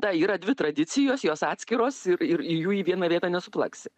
na yra dvi tradicijos jos atskiros ir ir į jų į vieną vietą nesuplakti